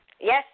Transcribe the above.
Yes